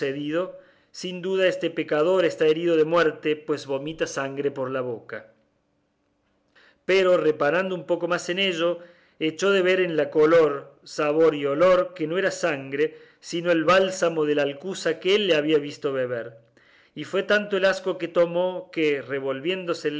sin duda este pecador está herido de muerte pues vomita sangre por la boca pero reparando un poco más en ello echó de ver en la color sabor y olor que no era sangre sino el bálsamo de la alcuza que él le había visto beber y fue tanto el asco que tomó que revolviéndosele